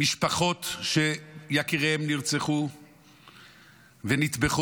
משפחות שיקיריהן נרצחו ונטבחו,